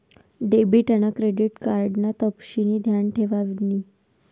debit आन credit card ना तपशिनी ध्यान ठेवानी